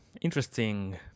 interesting